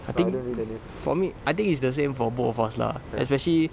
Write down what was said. I think for me I think it's the same for both of us lah especially